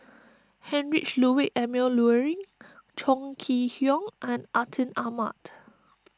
Heinrich Ludwig Emil Luering Chong Kee Hiong and Atin Amat